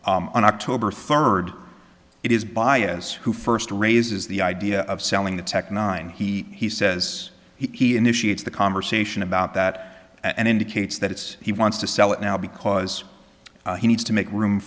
on october third it is bias who first raises the idea of selling the tech nine he he says he initiates the conversation about that and indicates that it's he wants to sell it now because he needs to make room